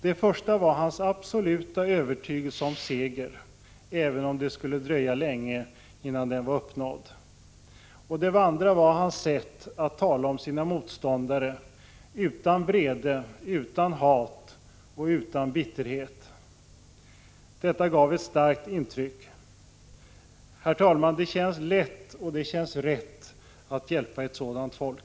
Den första var hans absoluta övertygelse om seger, även om det skulle dröja länge innan den var uppnådd, och den andra var hans sätt att tala om sina motståndare utan vrede, utan hat och utan bitterhet. Detta gav ett starkt intryck. Herr talman! Det känns lätt och det känns rätt att hjälpa ett sådant folk.